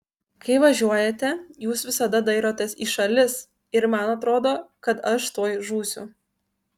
kai važiuojate jūs visada dairotės į šalis ir man atrodo kad aš tuoj žūsiu